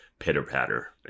Pitter-patter